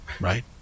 right